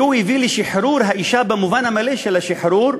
הוא הביא לשחרור האישה במובן המלא של שחרור,